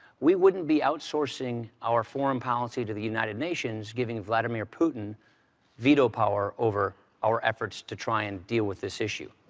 we wouldn't be outsourcing our foreign policy to the united nations, giving vladimir putin veto power over our efforts to try and deal with this issue.